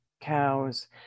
cows